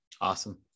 Awesome